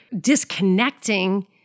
disconnecting